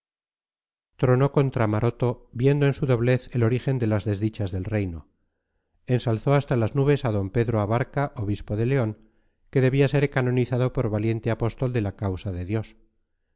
feroces tronó contra maroto viendo en su doblez el origen de las desdichas del reino ensalzó hasta las nubes a d pedro abarca obispo de león que debía ser canonizado por valiente apóstol de la causa de dios